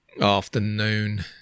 afternoon